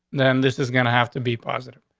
then this is gonna have to be positive.